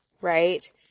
right